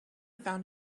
found